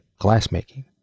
glassmaking